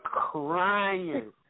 crying